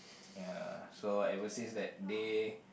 ya so ever since that day